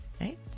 right